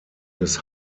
des